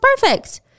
perfect